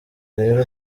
rero